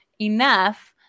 enough